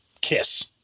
Kiss